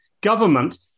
Government